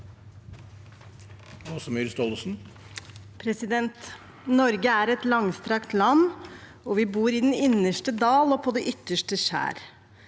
Norge er et langstrakt land, og vi bor i den innerste dal og på det ytterste skjær,